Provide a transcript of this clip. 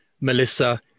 Melissa